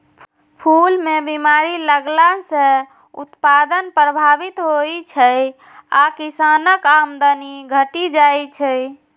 फूल मे बीमारी लगला सं उत्पादन प्रभावित होइ छै आ किसानक आमदनी घटि जाइ छै